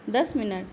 this minute